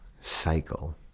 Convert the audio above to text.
cycle